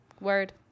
Word